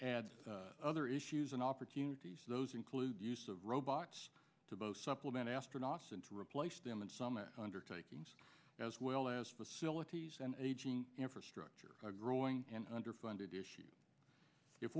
add other issues and opportunities those include the use of robots to both supplement astronauts and to replace them in some of undertakings as well as facilities and aging infrastructure a growing and underfunded issue if